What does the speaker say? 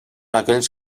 aquells